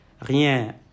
rien